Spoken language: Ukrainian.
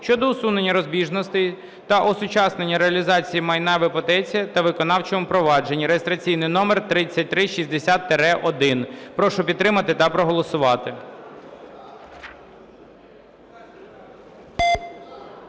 щодо усунення розбіжностей та осучаснення реалізації майна в іпотеці та виконавчому провадженні (реєстраційний номер 3360-1). Прошу підтримати та проголосувати.